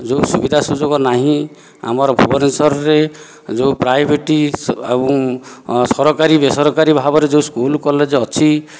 ଯେଉଁ ସୁବିଧା ସୁଯୋଗ ନାହିଁ ଆମର ଭୂବନେଶ୍ୱରରେ ଯେଉଁ ପ୍ରାଇଭେଟ ଆଉ ସରକାରୀ ବେସରକାରୀ ଭାବରେ ଯଉ ସ୍କୁଲ କଲେଜ ଅଛି